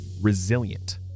Resilient